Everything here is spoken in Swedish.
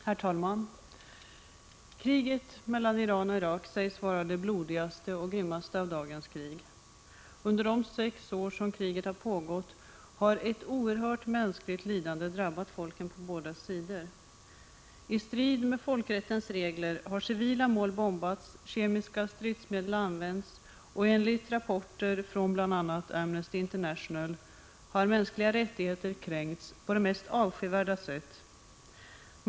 Herr talman! Kriget mellan Iran och Irak sägs vara det blodigaste och grymmaste av dagens krig. Under de sex år som kriget pågått har ett oerhört mänskligt lidande drabbat folken på båda sidor. I strid med folkrättens regler har civila mål bombats och kemiska stridsmedel använts, och enligt rapporter bl.a. från Amnesty International har mänskliga rättigheter kränkts på de mest avskyvärda sätt.